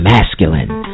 Masculine